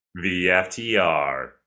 VFTR